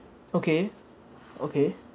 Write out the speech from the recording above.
okay okay